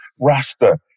Rasta